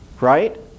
right